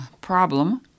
problem